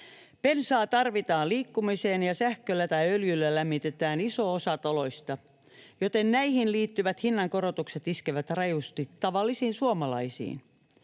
Bensaa tarvitaan liikkumiseen ja sähköllä tai öljyllä lämmitetään iso osa taloista, joten näihin liittyvät hinnankorotukset iskevät rajusti tavallisiin suomalaisiin.